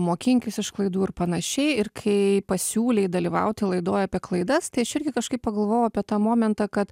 mokinkis iš klaidų ir panašiai ir kai pasiūlei dalyvauti laidoj apie klaidas tai aš irgi kažkaip pagalvojau apie tą momentą kad